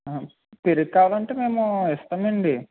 పెరుగు కావాలంటే మేము ఇస్తామండి